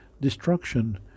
destruction